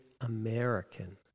American